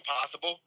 possible